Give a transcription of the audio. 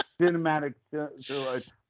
cinematic